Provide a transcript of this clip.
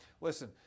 Listen